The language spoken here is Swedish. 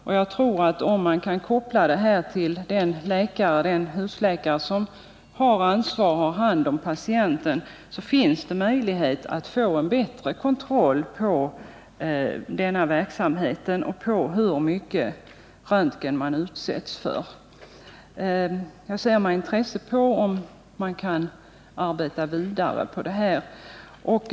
Om man kan koppla mängden röntgenundersökningar som utförs till den husläkare som har hand om patienten finns det möjlighet att få bättre kontroll på verksamheten och bättre kunskap om hur mycket röntgen patienter utsätts för. Jag ser med intresse att man arbetar vidare på detta.